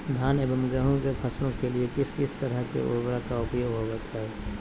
धान एवं गेहूं के फसलों के लिए किस किस तरह के उर्वरक का उपयोग होवत है?